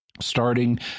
Starting